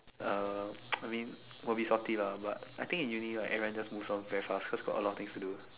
uh I mean will be salty lah but I think in uni like everyone just move on very fast cause got a lot of things to do